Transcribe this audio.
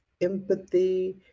empathy